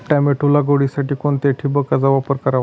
Tomato लागवडीसाठी कोणत्या ठिबकचा वापर करावा?